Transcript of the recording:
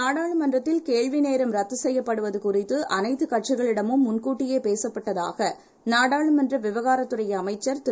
நாடாளுமன்றத்தில்கேள்விநேரம்ரத்துசெய்யப்படுவதுகுறித்துஅனைத்துகட்சிகளிட மும்முன்கூட்டியேபேசப்பட்டதாகநாடாளுமன்றவிவகாரத்துறைஅமைச்சர்திரு